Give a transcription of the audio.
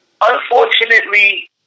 unfortunately